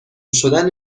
شدن